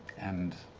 and